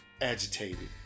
agitated